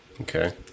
Okay